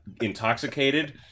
intoxicated